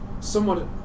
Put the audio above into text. somewhat